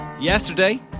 Yesterday